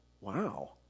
wow